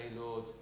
Lord